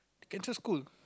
cancer school